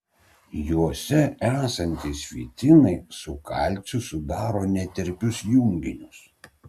juose esantys fitinai su kalciu sudaro netirpius junginius